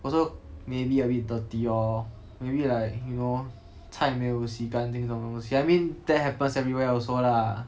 also maybe a bit dirty lor maybe like you know 菜没有洗干净这种东西 I mean that happens everywhere also lah